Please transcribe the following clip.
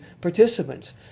participants